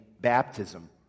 baptism